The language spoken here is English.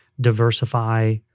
diversify